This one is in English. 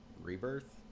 Rebirth